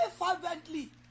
fervently